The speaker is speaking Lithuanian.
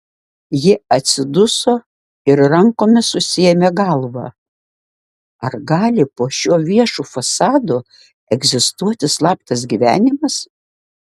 ji atsiduso ir rankomis susiėmė galvą ar gali po šiuo viešu fasadu egzistuoti slaptas gyvenimas